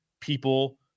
people